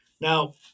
Now